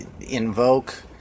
invoke